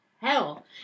hell